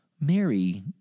Mary